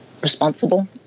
responsible